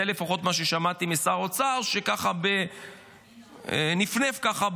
זה לפחות מה ששמעתי משר האוצר, שנפנף, ככה,